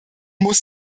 muss